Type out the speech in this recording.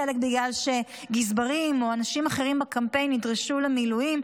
חלק בגלל שגזברים או אנשים אחרים בקמפיין נדרשו למילואים,